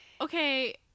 okay